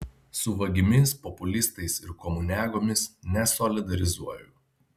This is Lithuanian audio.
su vagimis populistais ir komuniagomis nesolidarizuoju